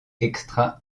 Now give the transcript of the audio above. extra